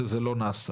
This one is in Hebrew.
שזה לא נעשה.